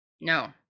no